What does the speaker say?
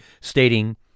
stating